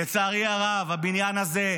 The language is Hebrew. לצערי הרב הבניין הזה,